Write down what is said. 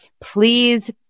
please